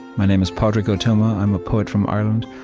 my name is padraig o tuama. i'm a poet from ireland.